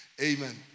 Amen